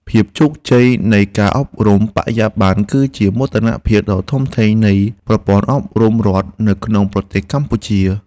ភាពជោគជ័យនៃការអប់រំបរិយាបន្នគឺជាមោទនភាពដ៏ធំធេងនៃប្រព័ន្ធអប់រំរដ្ឋនៅក្នុងប្រទេសកម្ពុជា។